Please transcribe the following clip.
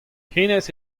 hennezh